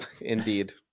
Indeed